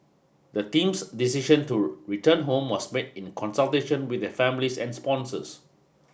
the team's decision to return home was made in consultation with their families and sponsors